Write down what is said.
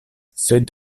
sed